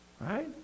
right